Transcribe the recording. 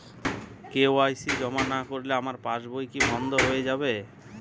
KYC জমা না করলে আমার পাসবই কি বন্ধ হয়ে যাবে?